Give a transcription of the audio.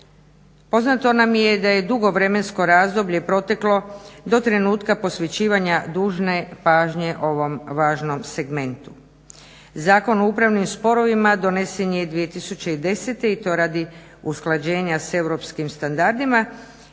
Poznato nam je da je dugo vremensko razdoblje proteklo do trenutka posvećivanja dužne pažnje ovom važnom segmentu. Zakon o upravnim sporovima donesen je 2010. i to radi usklađenja s europskim standardima